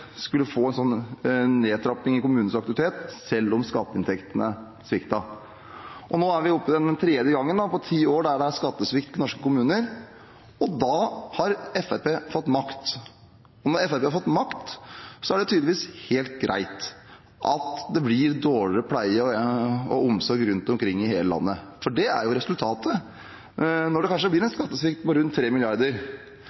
skulle få en nedtrapping i kommunens aktivitet, selv om skatteinntektene sviktet. Nå er vi oppe i den tredje gangen på ti år da det er skattesvikt i norske kommuner, og da har Fremskrittspartiet fått makt. Og når Fremskrittspartiet har fått makt, er det tydeligvis helt greit at det blir dårligere pleie og omsorg rundt omkring i hele landet – for det er jo resultatet! Det blir kanskje en